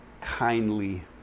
kindly